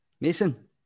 Mason